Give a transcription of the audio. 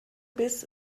biss